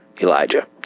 Elijah